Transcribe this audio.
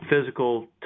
Physical